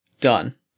Done